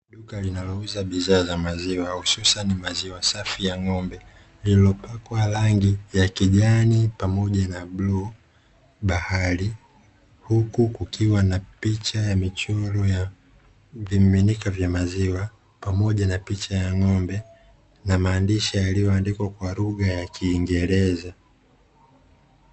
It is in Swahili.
Duka linalouza bidhaa za maziwa hususani maziwa safi ya ng'ombe, lililopakwa rangi ya kijani pamoja na bluu bahari, huku kukiwa na picha ya michoro wa vimiminika vya maziwa pamoja na picha ya ng'ombe, na maandishi yaliyoandikwa kwa lugha ya kingereza.